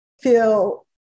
feel